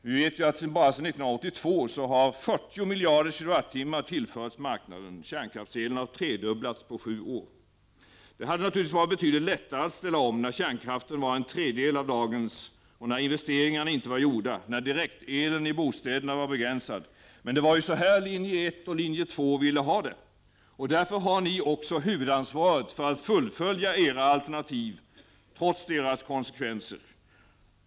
Nu vet vi att bara sedan 1982 har 40 miljarder kilowattimmar tillförts marknaden. Kärnkraftselen har tredubblats på sju år. Det hade naturligtvis varit betydligt lättare att ställa om när kärnkraftselen var en tredjedel av dagens, när investeringarna inte var gjorda och när direktelen i bostäderna var begränsad. Men det var ju sä här linje 1 och linje 2 ville ha det. Därför har ni också huvudansvaret för att fullfölja era alternativ, trots deras konsekvenser.